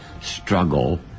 struggle